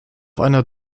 einer